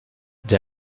the